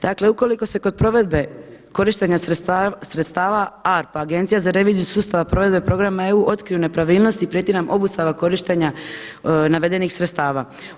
Dakle ukoliko se kod provedbe korištenja sredstava ARPA agencija za reviziju sustava provedbe programa EU otkriju nepravilnosti prijeti nam obustava korištenja navedenih sredstava.